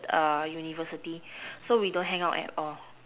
err university so we don't hang out at all